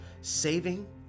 saving